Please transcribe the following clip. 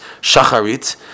Shacharit